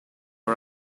are